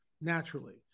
naturally